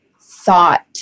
thought